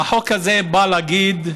החוק הזה בא להגיד: